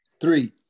three